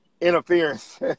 interference